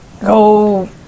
go